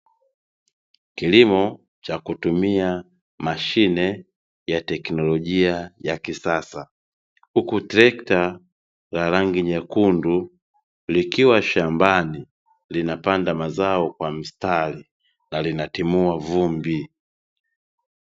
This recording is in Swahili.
Kilimo cha kutumia mashine ya teknolojia ya kisasa, huku trekta la rangi nyekundu, likiwa shambani linapanda mazao kwa mstari na linatimua vumbi.